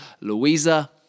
Louisa